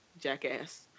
jackass